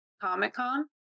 Comic-Con